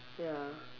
ya